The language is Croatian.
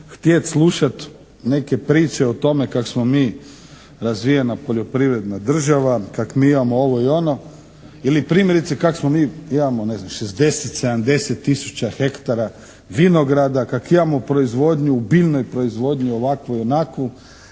htjeti slušati neke priče o tome kako smo mi razvijena poljoprivredna država, kako mi imamo ovo i ono ili primjerice kak' smo mi imamo ne znam 60, 70 tisuća hektara vinograda, kak' imamo proizvodnju, biljnu proizvodnju ovakvu i onakvu,